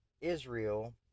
Israel